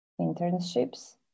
internships